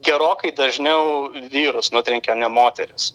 gerokai dažniau vyrus nutrenkia ne moteris